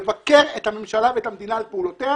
לבקר את הממשלה ואת המדינה על פעולותיה